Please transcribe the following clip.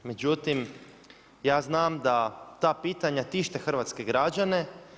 Međutim, ja znam da ta pitanja tište hrvatske građane.